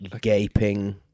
gaping